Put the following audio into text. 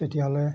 তেতিয়াহ'লে